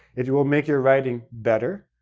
it will make your writing better,